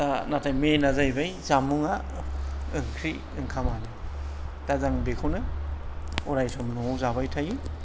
दा नाथाय मेनआ जाहैबाय जामुंआ ओंख्रि ओंखामानो दा जों बेखौनो अरायसम न'आव जाबाय थायो